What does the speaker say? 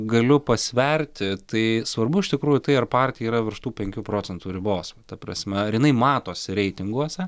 galiu pasverti tai svarbu iš tikrųjų tai ar partija yra virš tų penkių procentų ribos ta prasme ar jinai matosi reitinguose